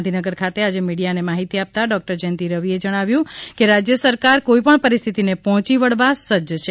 ગાંધીનગર ખાતે આજે મીડીયાને માહિતી આપતા ડોકટર જયંતિ રવિએ જણાવ્યુ હતું કે રાજ્ય સરકાર કોઇપણ પરિસ્થિતિને પહોંચી વળવા સજ્જ છે